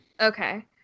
Okay